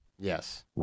Yes